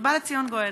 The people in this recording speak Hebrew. ובא לציון גואל.